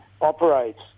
operates